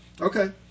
Okay